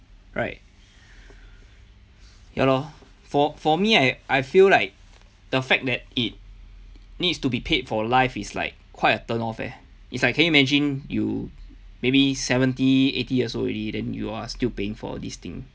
right ya lor for for me I I feel like the fact that it needs to be paid for life is like quite a turn off leh it's like can you imagine you maybe seventy eighty years old already then you are still paying for this thing